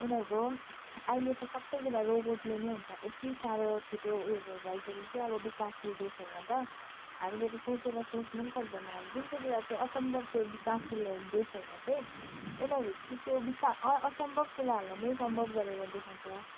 उनीहरूको अहिले त सबै कुरा रोबोटले नै हुन्छ यति साह्रो छिटो उयो भइसक्यो कि अब विकासशील देशहरूमा त हामीले त सोचेर सोच्नु पनि सक्दैन अब जुन चाहिँ कुरा चाहिँ असम्भव त्यो विकासशील देशहरूमा चाहिँ उनीहरूले चाहिँ त्यो विका असम्भव कुराहरूलाई नै सम्भव गरेर देखाउँछ